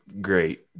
great